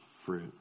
fruit